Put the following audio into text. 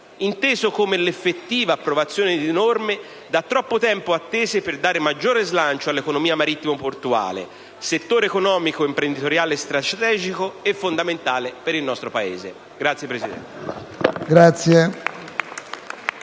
inteso come l'effettiva approvazione di norme da troppo tempo attese per dare maggiore slancio all'economia marittimo‑portuale, settore economico e imprenditoriale strategico e fondamentale per il nostro Paese. *(Applausi